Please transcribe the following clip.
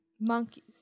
Monkeys